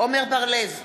עמר בר-לב,